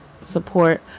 support